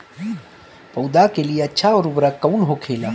पौधा के लिए अच्छा उर्वरक कउन होखेला?